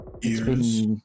years